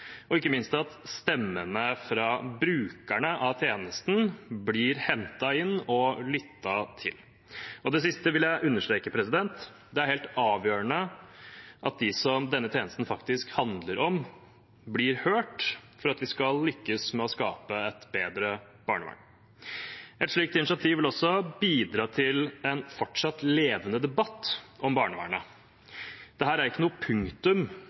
og ikke minst at stemmene fra brukerne av tjenesten blir hentet inn og lyttet til. Det siste vil jeg understreke: Det er helt avgjørende at de som denne tjenesten faktisk handler om, blir hørt, for at vi skal lykkes med å skape et bedre barnevern. Et slikt initiativ vil også bidra til en fortsatt levende debatt om barnevernet. Dette er ikke noe punktum